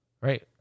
right